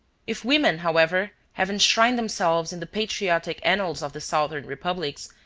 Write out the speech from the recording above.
if women, however, have enshrined themselves in the patriotic annals of the southern republics,